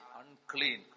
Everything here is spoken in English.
unclean